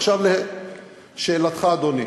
עכשיו לשאלתך, אדוני.